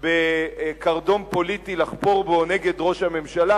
כקרדום פוליטי לחפור בו נגד ראש הממשלה,